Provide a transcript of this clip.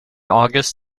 august